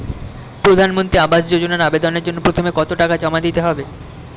প্রধানমন্ত্রী আবাস যোজনায় আবেদনের জন্য প্রথমে কত টাকা জমা দিতে হবে?